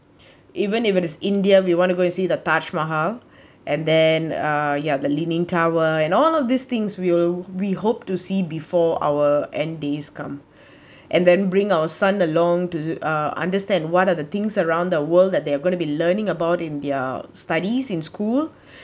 even if it is india we want to go and see the taj mahal and then uh ya the leaning tower in all of these things we will we hope to see before our end days come and then bring our son along to uh understand what are the things around the world that they are going to be learning about in their studies in school